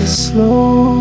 slow